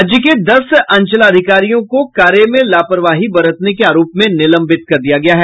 राज्य के दस अंचलाधिकारियों को कार्य में लापरवाही बरतने के आरोप में निलंबित कर दिया गया है